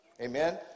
Amen